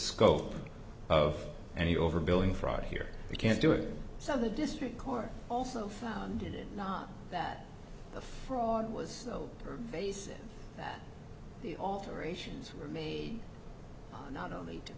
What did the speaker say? scope of any overbilling fraud here we can't do it so the district court also found it not that the fraud was so pervasive that the alterations were made not only to